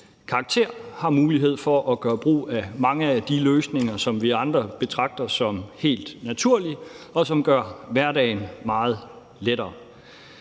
karakter har mulighed for at gøre brug af mange af de løsninger, som vi andre betragter som helt naturlige, og som gør hverdagen meget lettere.